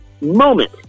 moment